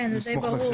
כן, זה די ברור.